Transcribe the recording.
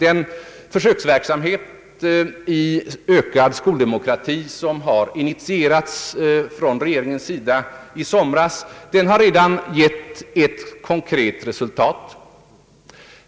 Den försöksverksamhet i ökad skoldemokrati som initierades från regeringen i somras har redan givit ett konkret resultat.